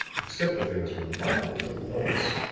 except that there was remarkably little noise.